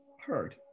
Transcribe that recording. Heard